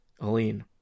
Aline